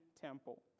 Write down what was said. temple